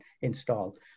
installed